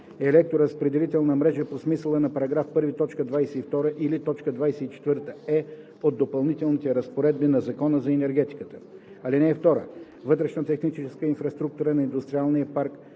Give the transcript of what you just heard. електроразпределителна мрежа по смисъла на § 1, т. 22 или т. 24е от допълнителните разпоредби на Закона за енергетиката. (2) Вътрешната техническа инфраструктура на индустриалния парк